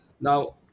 now